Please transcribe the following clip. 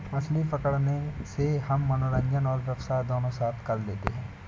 मछली पकड़ने से हम मनोरंजन और व्यवसाय दोनों साथ साथ कर लेते हैं